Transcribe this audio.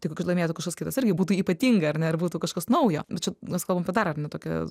tai jeigu laimėtų kažkas kitas irgi būtų ypatinga ar ne ir būtų kažkas naujo bet čia mes kalbam apie dar ar ne tokią